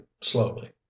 slowly